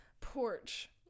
porch